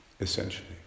essentially